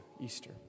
Easter